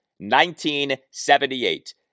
1978